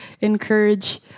encourage